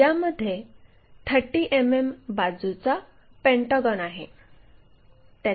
यामध्ये 30 मिमी बाजूचा पेंटागॉन आहे